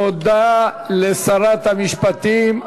תודה לשרת המשפטים.